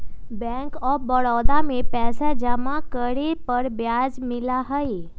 bank of Baroda में पैसा जमा करे पर ब्याज मिला हई